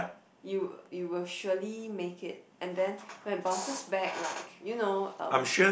you you will surely make it and then when bounces back like you know um